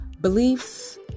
beliefs